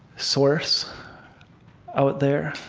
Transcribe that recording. source out there.